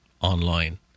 online